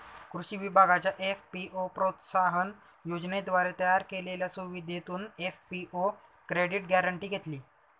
कृषी विभागाच्या एफ.पी.ओ प्रोत्साहन योजनेद्वारे तयार केलेल्या सुविधेतून एफ.पी.ओ क्रेडिट गॅरेंटी घेतली